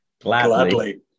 Gladly